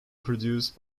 produced